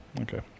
Okay